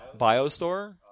BioStore